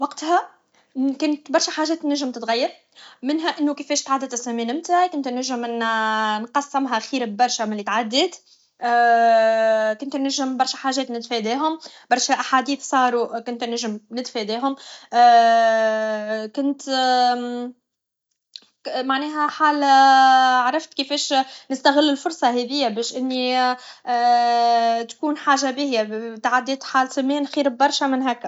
وقتها كانت برشا حاجات تنجم تتغير منها انو كفاش تعدات الزمن متاعي كنت نجم نقسمها خير برشا من لي تعدات بمكن نجم برشا حاجات نتفاداهم برشا احاديث صارو كنت نجم نتفاداهم كنت معناها حال كفاش نستغل الفرصه هذيه باش اني تكون حاجه باهيه تعدات حالة زمان خير ببرشه من هكا